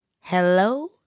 Hello